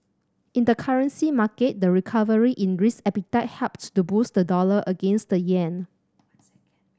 in the currency market the recovery in risk appetite helped to boost the dollar against the yen